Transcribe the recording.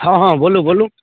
हँ हँ बोलू बोलू